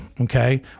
Okay